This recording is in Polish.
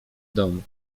domu